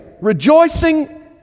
rejoicing